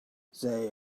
they